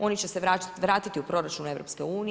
Oni će se vratiti u proračun EU.